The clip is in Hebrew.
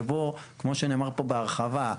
שבו כמו שנאמר פה בהרחבה,